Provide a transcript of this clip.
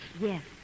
Yes